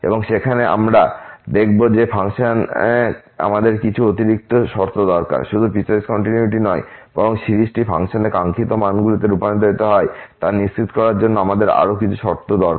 এবং সেখানে আমরা দেখব যে ফাংশনে আমাদের কিছু অতিরিক্ত শর্ত দরকার শুধু পিসওয়াইস কন্টিনিউয়িটি নয় বরং সিরিজটি ফাংশনে কাঙ্ক্ষিত মানগুলিতে রূপান্তরিত হয় তা নিশ্চিত করার জন্য আমাদের আরও কিছু শর্ত দরকার